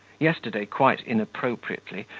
yesterday, quite inappropriately,